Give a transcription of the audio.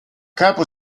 capo